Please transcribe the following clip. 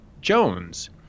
Jones